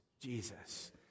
Jesus